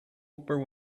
upper